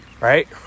Right